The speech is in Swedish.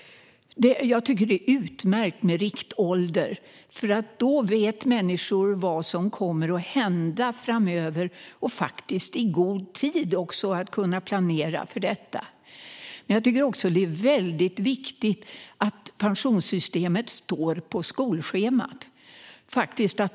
Det är utmärkt med riktålder. Då vet människor vad som kommer att hända framöver, och de kan i god tid planera för detta. Men det är viktigt att pensionssystemet står på skolschemat.